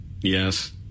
Yes